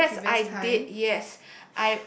oh yes I did yes